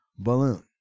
balloon